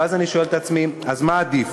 ואז אני שואל את עצמי: אז מה עדיף,